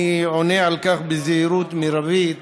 אני עונה על כך בזהירות מרבית